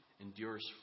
endures